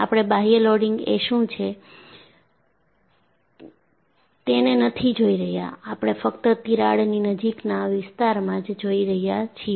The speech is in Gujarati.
આપણે બાહ્ય લોડિંગ એ શું છે તને નથી જોઈ રહ્યા આપણે ફક્ત તિરાડની નજીકના વિસ્તારમાં જ જોઈએ છીએ